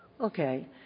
okay